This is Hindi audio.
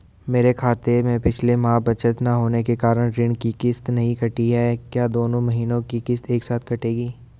मेरे खाते में पिछले माह बचत न होने के कारण ऋण की किश्त नहीं कटी है क्या दोनों महीने की किश्त एक साथ कटेगी?